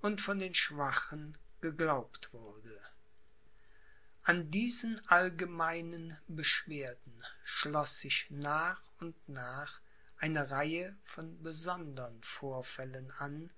und von den schwachen geglaubt wurde an diese allgemeinen beschwerden schloß sich nach und nach eine reihe von besondern vorfällen an